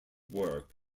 work